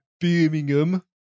Birmingham